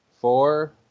four